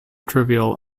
trivial